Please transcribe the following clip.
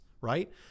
right